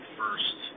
first